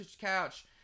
couch